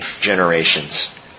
generations